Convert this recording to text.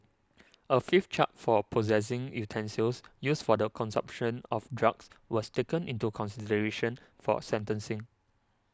a fifth charge for possessing utensils used for the consumption of drugs was taken into consideration for sentencing